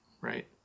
right